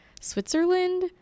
Switzerland